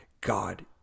God